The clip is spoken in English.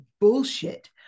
bullshit